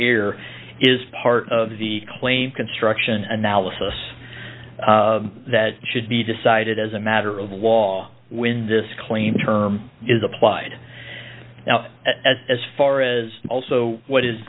here is part of the claim construction analysis that should be decided as a matter of wall when this clean term is applied now as as far as also what is